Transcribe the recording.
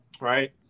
right